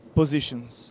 positions